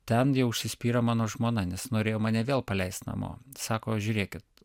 ten jau užsispyrė mano žmona nes norėjo mane vėl paleist namo sako žiūrėkit